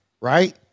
right